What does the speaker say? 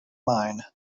mine